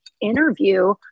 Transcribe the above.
interview